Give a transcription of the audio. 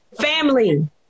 family